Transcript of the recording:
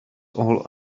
all